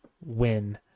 win